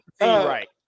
right